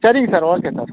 சரிங்க sir okay sir